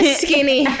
skinny